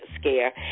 scare